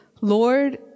Lord